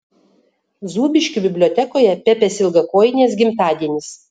zūbiškių bibliotekoje pepės ilgakojinės gimtadienis